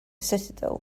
citadel